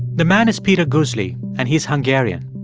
the man is peter guzli, and he's hungarian.